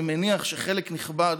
אני מניח שחלק נכבד